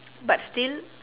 but still